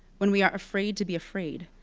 when we are afraid to be afraid.